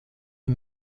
est